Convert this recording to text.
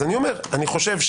אני חושב,